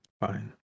fine